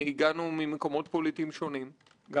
ועו"ד נעמה דניאל אין כמוכם,